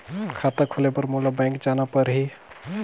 खाता खोले बर मोला बैंक जाना परही?